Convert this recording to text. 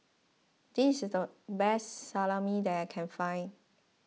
this is the best Salami that I can find